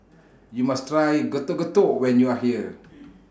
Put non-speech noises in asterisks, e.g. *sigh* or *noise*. YOU must Try Getuk Getuk when YOU Are here *noise*